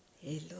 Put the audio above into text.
hello